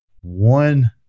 One